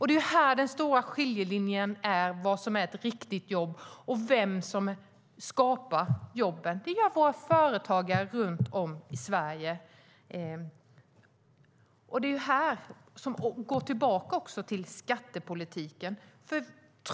Det är här den stora skiljelinjen går för vad som är ett riktigt jobb och vem som skapar jobben. Det gör våra företagare runt om i Sverige. Det här går också tillbaka till skattepolitiken.